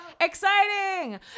Exciting